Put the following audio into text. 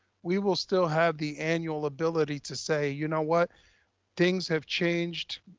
we will still have the annual ability to say, you know what things have changed,